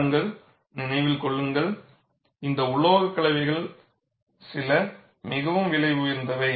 பாருங்கள் நினைவில் கொள்ளுங்கள் இந்த உலோகக்கலவைகள் சில மிகவும் விலை உயர்ந்தவை